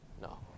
No